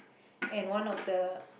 and one of the